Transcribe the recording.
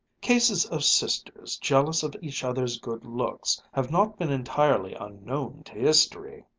cases of sisters, jealous of each other's good looks, have not been entirely unknown to history,